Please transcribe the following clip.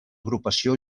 agrupació